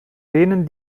lehnen